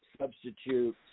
substitute